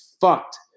fucked